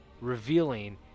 Revealing